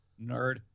nerd